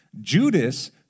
Judas